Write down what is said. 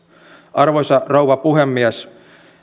arvoisa rouva puhemies